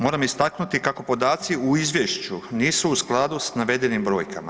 Moram istaknuti kako podaci u Izvješću nisu u skladu s navedenim brojkama.